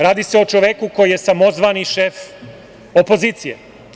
Radi se o čoveku koji je samozvani šef opozicije.